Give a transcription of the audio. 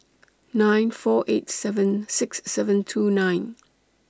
nine four eight seven six seven two nine